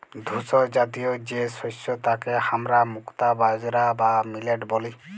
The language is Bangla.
ধূসরজাতীয় যে শস্য তাকে হামরা মুক্তা বাজরা বা মিলেট ব্যলি